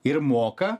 ir moka